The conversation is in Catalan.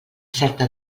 certa